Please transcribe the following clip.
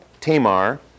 Tamar